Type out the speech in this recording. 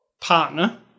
partner